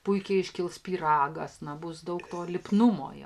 puikiai iškils pyragas na bus daug to lipnumo